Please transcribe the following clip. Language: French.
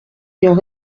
ayant